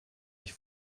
ich